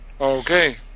Okay